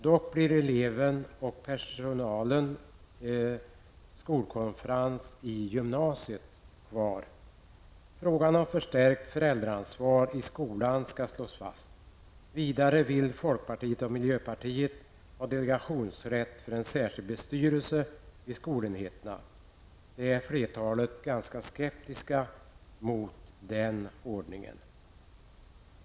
Dock blir elevernas och personalens skolkonferens i gymnasiet kvar. Det förstärkta föräldraansvaret i skolan skall slås fast. Vidare vill folkpartiet och miljöpartiet ha delegationsrätt för en särskild styrelse vid skolenheterna. Flertalet är ganska skeptiska mot den ordningen.